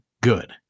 good